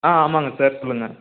ஆ ஆமாம்ங்க சார் சொல்லுங்கள்